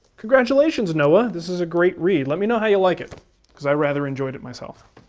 congratulations, noah. this is a great read. let me know how you like it because i rather enjoyed it myself.